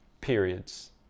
periods